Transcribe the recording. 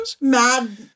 Mad